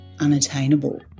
unattainable